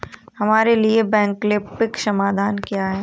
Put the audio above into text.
हमारे लिए वैकल्पिक समाधान क्या है?